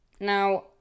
Now